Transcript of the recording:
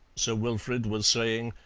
sir wilfrid was saying,